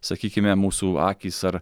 sakykime mūsų akys ar